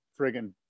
friggin